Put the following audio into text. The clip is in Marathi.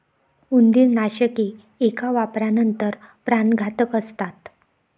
उंदीरनाशके एका वापरानंतर प्राणघातक असतात